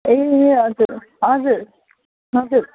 ए हजुर हजुर हजुर